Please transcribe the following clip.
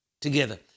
together